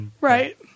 Right